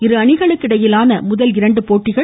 இரு அணிகளுக்கு இடையிலான முதல் இரண்டு போட்டிகள்